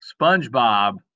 SpongeBob